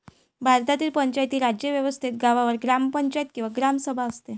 भारतातील पंचायती राज व्यवस्थेत गावावर ग्रामपंचायत किंवा ग्रामसभा असते